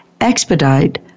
expedite